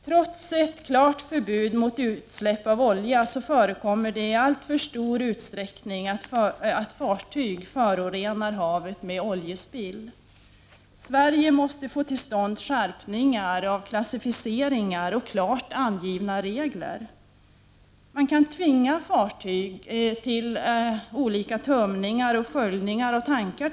Trots att det existerar ett klart förbud mot utsläpp av olja så förekommer det i alltför stor utsträckning att fartyg förorenar havet med oljespill. Sverige måste få till stånd skärpningar av klassificeringar och klart angivna regler på detta område. Man kan tvinga fartyg till exempelvis olika tömningar och sköljningar av tankar.